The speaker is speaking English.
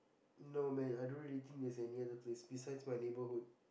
no many I don't really think there's any other place except my neighbourhood